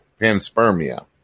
panspermia